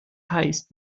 heißt